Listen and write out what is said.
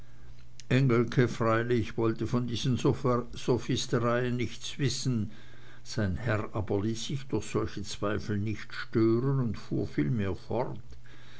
freilich wollte von diesen sophistereien nichts wissen sein herr aber ließ sich durch solche zweifel nicht stören und fuhr vielmehr fort